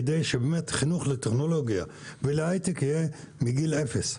כך שחינוך לטכנולוגיה ולהייטק יהיה מגיל אפס.